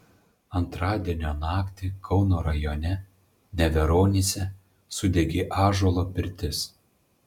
antradienio naktį kauno rajone neveronyse sudegė ąžuolo pirtis